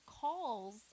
calls